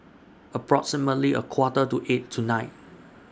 approximately A Quarter to eight tonight